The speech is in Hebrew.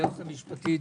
היועצת המשפטית